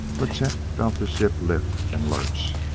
but chet felt the ship lift and lurch,